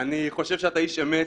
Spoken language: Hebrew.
אני חושב שאתה איש אמת,